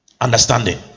Understanding